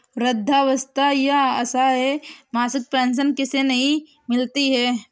वृद्धावस्था या असहाय मासिक पेंशन किसे नहीं मिलती है?